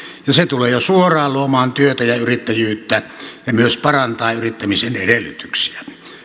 ja se tulee jo suoraan luomaan työtä ja yrittäjyyttä ja myös parantaa yrittämisen edellytyksiä